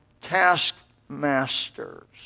taskmasters